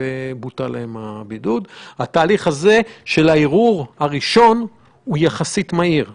אם אתה בונה כלי יעיל, תבנה אותו עד הסוף.